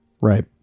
Right